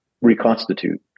reconstitute